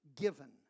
given